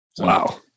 wow